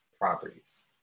properties